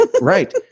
Right